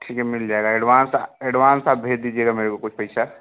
ठीक है मिल जाएगा एडवांस एडवांस आप भेज दीजिएगा मेरे को कुछ पैसा